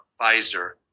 pfizer